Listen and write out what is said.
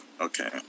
Okay